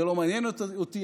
זה לא מעניין אותי,